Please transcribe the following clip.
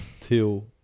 till